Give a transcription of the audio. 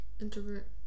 introvert